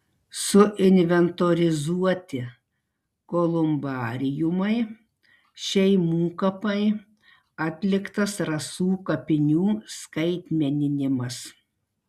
suinventorizuoti kolumbariumai šeimų kapai atliktas rasų kapinių skaitmeninimas